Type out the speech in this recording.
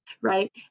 right